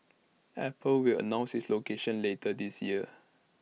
apple will announce its location later this year